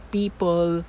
people